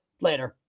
Later